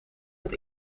het